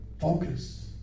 Focus